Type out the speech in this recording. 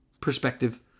perspective